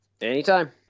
Anytime